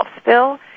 spill